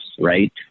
right